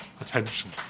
attention